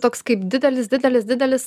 toks kaip didelis didelis didelis